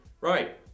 Right